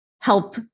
help